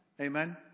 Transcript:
Amen